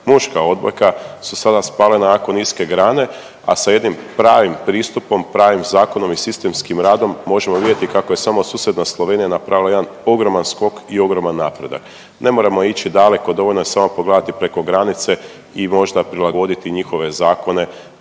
muška odbojka su sada spale na jako niske grane, a sa jednim pravim pristupom pravim zakonom i sistemskim radom možemo vidjeti kako je samo susjedna Slovenija napravila jedan ogroman skok i ogroman napredak. Ne moramo ići daleko dovoljno je samo pogledati preko granice i možda prilagoditi njihove zakone